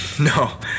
No